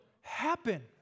happen